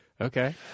Okay